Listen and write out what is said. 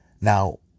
Now